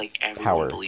power